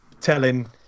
telling